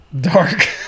dark